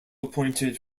appointed